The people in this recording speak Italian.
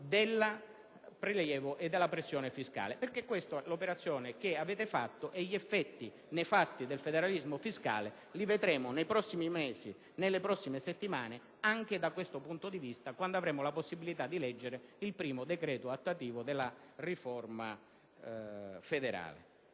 del prelievo e della pressione fiscale. Questa è l'operazione che avete fatto, e gli effetti nefasti del federalismo fiscale li vedremo nei prossimi mesi, nelle prossime settimane, quando avremo la possibilità di leggere il primo decreto attuativo della riforma federale.